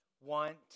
want